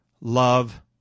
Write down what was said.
love